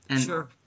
Sure